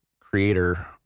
creator